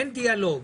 אין דיאלוג.